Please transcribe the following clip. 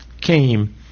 came